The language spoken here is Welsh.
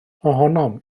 ohonom